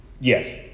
Yes